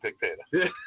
dictator